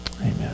Amen